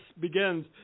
begins